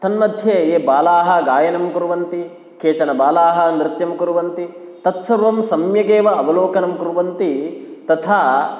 तन्मध्ये ये बालाः गायनं कुर्वन्ति केचन बालाः नृत्यं कुर्वन्ति तत्सर्वं सम्यगेव अवलोकनं कुर्वन्ति तथा